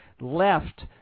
left